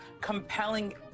compelling